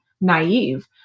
naive